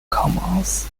commons